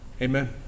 amen